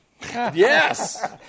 Yes